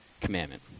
commandment